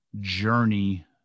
journey